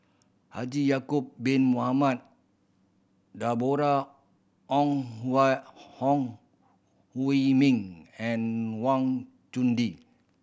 Haji Ya'acob Bin Mohamed Deborah Ong Hui Min and Wang Chunde